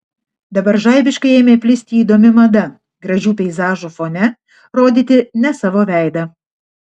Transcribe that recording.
dabar žaibiškai ėmė plisti įdomi mada gražių peizažų fone rodyti ne savo veidą